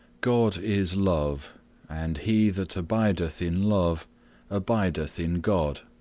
god is love and he that abideth in love abideth in god,